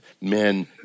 Men